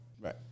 Right